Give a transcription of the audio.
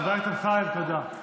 חבר הכנסת אמסלם, תודה.